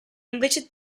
invece